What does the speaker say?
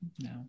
No